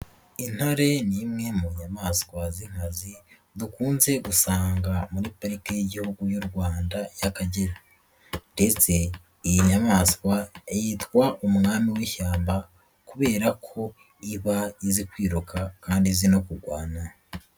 Intare ni imwe mu nyamaswa z'inkazi dukunze gusanga muri Parike y'Igihugu y'u Rwanda y'Akagera, ndetse iyi nyamaswa yitwa umwami w'ishyamba kubera ko iba izi kwiruka kandi izi no kurwana.